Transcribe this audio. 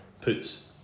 puts